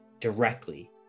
directly